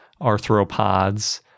arthropods